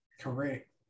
Correct